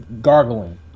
gargling